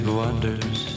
wonders